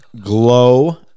Glow